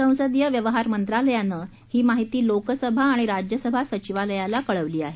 संसदीय व्यवहार मंत्रालयानं ही माहिती लोकसभा आणि राज्यसभा सचिवालयाला कळवली आहे